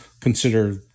consider